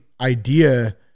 idea